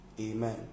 Amen